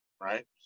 right